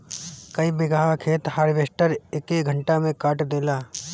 कई बिगहा खेत हार्वेस्टर एके घंटा में काट देला